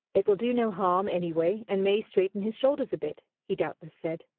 it will do no harm, anyway, and may straighten his shoulders a bit, he doubtless said.